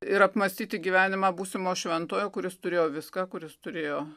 ir apmąstyti gyvenimą būsimo šventojo kuris turėjo viską kuris turėjo